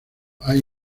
hay